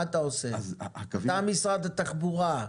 אתה הרי משרד התחבורה,